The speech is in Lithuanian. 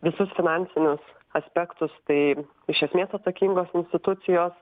visus finansinius aspektus tai iš esmės atsakingos institucijos